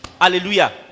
Hallelujah